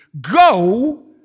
Go